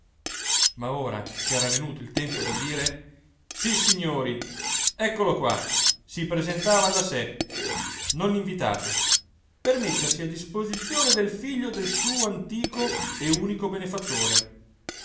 ma ora chera venuto il tempo dagire sissignori eccolo qua si presentava da sé non invitato per mettersi a disposizione del figlio del suo antico e unico benefattore